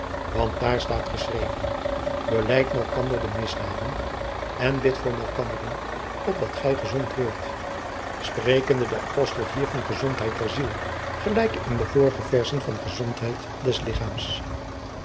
want daar staat geschreven belijdt malkanderen de misdaden en bidt voor malkanderen opdat gij gezond wordt sprekende de apostel hier van gezondheid der ziel gelijk in de vorige verzen van gezondheid des lichaams